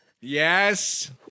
Yes